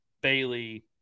Bailey